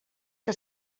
que